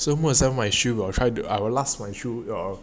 so most of the time my shoe will try to I last my shoe